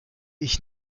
ich